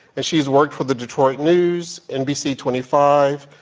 and she's worked for the detroit news, nbc twenty five,